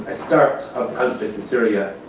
start of conflict in syria,